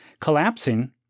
Collapsing